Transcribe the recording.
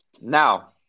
Now